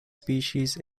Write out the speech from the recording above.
species